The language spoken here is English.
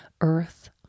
earth